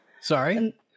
Sorry